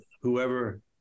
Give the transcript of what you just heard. whoever